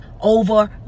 over